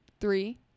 Three